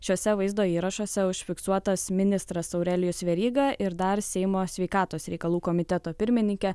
šiuose vaizdo įrašuose užfiksuotas ministras aurelijus veryga ir dar seimo sveikatos reikalų komiteto pirmininkė